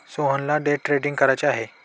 सोहनला day trading करायचे आहे